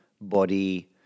body